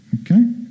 Okay